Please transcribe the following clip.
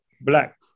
black